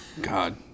God